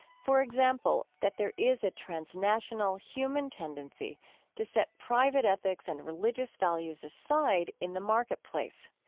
for example, that there is a transnational human tendency to set private ethics and religious values aside in the marketplace.